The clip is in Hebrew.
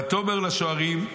ותאמר לשוערים: